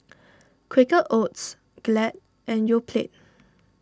Quaker Oats Glad and Yoplait